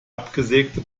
abgesägte